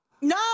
No